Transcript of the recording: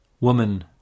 woman